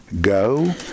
go